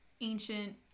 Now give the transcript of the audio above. ancient